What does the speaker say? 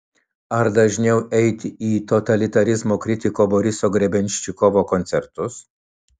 ar dažniau eiti į totalitarizmo kritiko boriso grebenščikovo koncertus